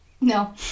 No